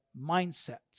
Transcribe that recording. mindset